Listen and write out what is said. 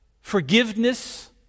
forgiveness